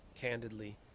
candidly